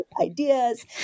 ideas